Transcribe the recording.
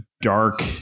dark